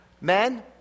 Men